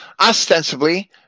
ostensibly